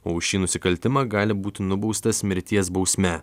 už šį nusikaltimą gali būti nubaustas mirties bausme